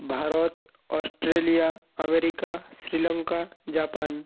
Bharat Australia America Sri Lanka Japan